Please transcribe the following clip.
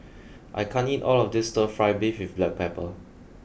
I can't eat all of this stir fry beef with black pepper